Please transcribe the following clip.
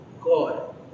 God